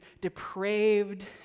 depraved